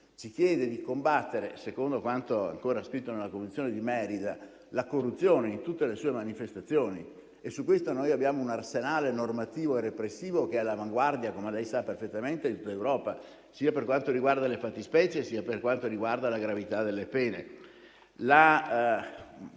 ci chiede di combattere, secondo quanto ancora scritto nella Convenzione di Merida, la corruzione in tutte le sue manifestazioni. Sul punto noi abbiamo un arsenale normativo e repressivo che è all'avanguardia, come lei sa perfettamente, dell'Europa sia per quanto riguarda le fattispecie sia per quanto riguarda la gravità delle pene.